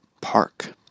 Park